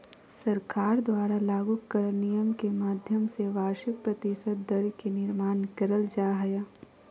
सरकार द्वारा लागू करल नियम के माध्यम से वार्षिक प्रतिशत दर के निर्माण करल जा हय